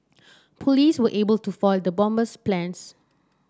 police were able to foil the bomber's plans